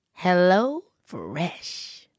HelloFresh